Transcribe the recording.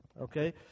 Okay